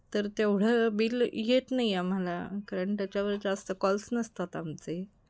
तर तेवढं बिल येत नाही आम्हाला कारण त्याच्यावर जास्त कॉल्स नसतात आमचे